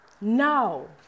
No